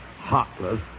heartless